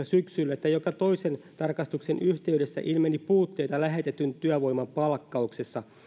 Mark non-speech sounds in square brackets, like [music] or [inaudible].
[unintelligible] syksyllä kaksituhattayhdeksäntoista että joka toisen tarkastuksen yhteydessä ilmeni puutteita lähetetyn työvoiman palkkauksessa